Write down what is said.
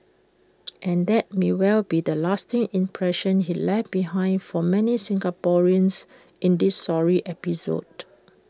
and that may well be the lasting impression he left behind for many Singaporeans in this sorry episode